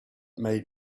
made